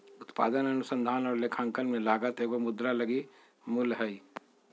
उत्पादन अनुसंधान और लेखांकन में लागत एगो मुद्रा लगी मूल्य हइ